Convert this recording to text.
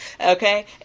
Okay